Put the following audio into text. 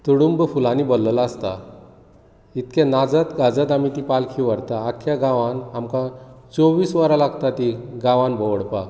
तुडूंब फुलांनी भरिल्लो आसता इतले नाचत गाजत आमी ती पालखी व्हरतात आख्या गांवांत आमकां चोवीस वरां लागतात ती गांवांत भोंवडापाक